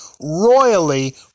royally